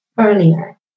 earlier